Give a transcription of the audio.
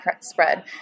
spread